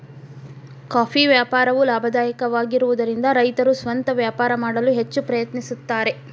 coffee ವ್ಯಾಪಾರವು ಲಾಭದಾಯಕವಾಗಿರುವದರಿಂದ ರೈತರು ಸ್ವಂತ ವ್ಯಾಪಾರ ಮಾಡಲು ಹೆಚ್ಚ ಪ್ರಯತ್ನಿಸುತ್ತಾರೆ